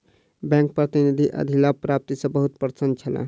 bank प्रतिनिधि अधिलाभ प्राप्ति सॅ बहुत प्रसन्न छला